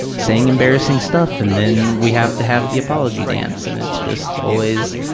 saying embarrassing stuff, and then we have to have the apology dance and it's just always